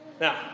now